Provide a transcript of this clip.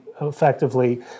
effectively